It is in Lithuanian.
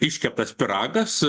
iškeptas pyragas